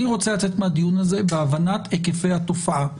אני רוצה לצאת מהדיון הזה בהבנת היקפי התופעה.